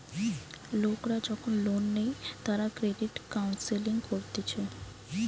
লোকরা যখন লোন নেই তারা ক্রেডিট কাউন্সেলিং করতিছে